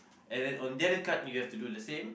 and then on the other card you have to do the same